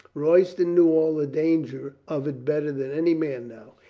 roy ston knew all the danger of it better than any man now.